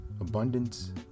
abundance